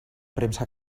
premsa